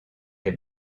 des